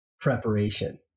preparation